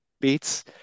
beats